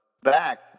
back